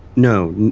no.